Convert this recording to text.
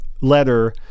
letter